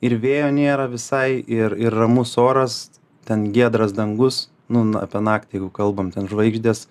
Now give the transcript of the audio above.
ir vėjo nėra visai ir ir ramus oras ten giedras dangus nu apie naktį jeigu kalbam ten žvaigždės